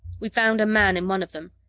we found a man in one of them.